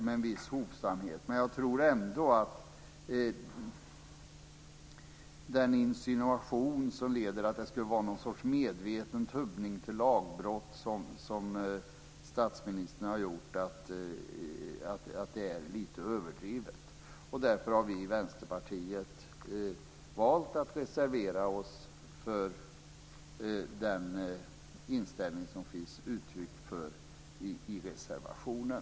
Men jag tror ändå att insinuationen att statsministern skulle ha gjort något slags medveten tubbning till lagbrott är lite överdriven. Därför har vi i Vänsterpartiet valt att reservera oss för den inställning som det ges uttryck för i reservationen.